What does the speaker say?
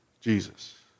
Jesus